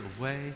away